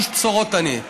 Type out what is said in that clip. איש בשורות אני.